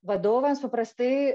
vadovams paprastai